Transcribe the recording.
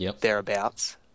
thereabouts